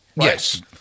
Yes